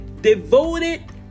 devoted